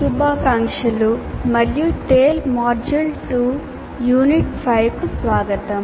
శుభాకాంక్షలు మరియు TALE module 2 unit 5 కు స్వాగతం